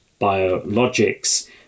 Biologics